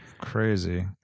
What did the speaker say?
Crazy